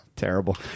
Terrible